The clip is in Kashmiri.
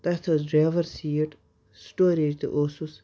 تَتھ ٲس ڈریوَر سیٖٹ سِٹوریج تہِ اوسُس